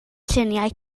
lluniau